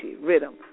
Rhythm